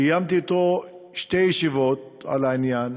קיימתי אתו שתי ישיבות על העניין,